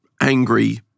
angry